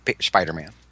Spider-Man